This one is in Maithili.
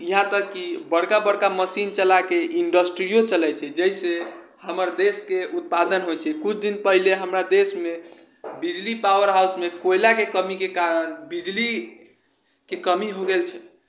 यहाँ तक कि बड़का बड़का मशीन चलाकऽ इण्डस्ट्रिओ चलै छै जइसे हमर देशके उत्पादन होइ छै किछु दिन पहिले हमरा देशमे बिजली पावर हाउसमे कोयलाके कमीके कारण बिजलीके कमी हो गेल छल